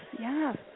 yes